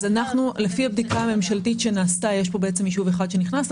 לפי הבדיקה הממשלתית שנעשתה יש פה בעצם ישוב אחד שנכנס,